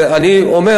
ואני אומר,